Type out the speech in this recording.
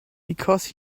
because